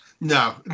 No